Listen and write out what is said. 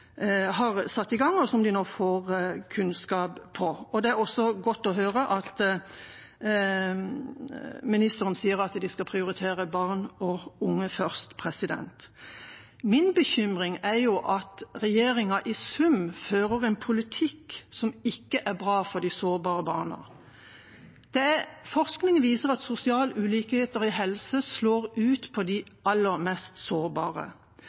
som de nå får kunnskap fra. Det er også godt å høre at ministeren sier at de skal prioritere barn og unge først. Min bekymring er at regjeringa i sum fører en politikk som ikke er bra for de sårbare barna. Forskning viser at sosiale ulikheter i helse slår ut på de aller mest sårbare.